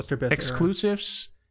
exclusives